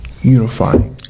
unifying